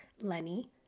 Lenny